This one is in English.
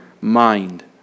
mind